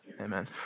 Amen